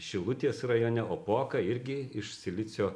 šilutės rajone opoka irgi iš silicio